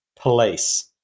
police